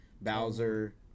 Bowser